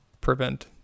prevent